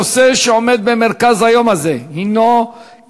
הנושא שעומד במרכז היום הזה הוא קידום